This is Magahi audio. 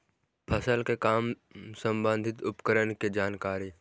फसल के काम संबंधित उपकरण के जानकारी?